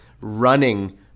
running